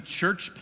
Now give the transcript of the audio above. church